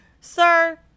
Sir